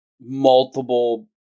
multiple